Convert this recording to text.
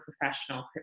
professional